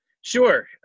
Sure